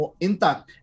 intact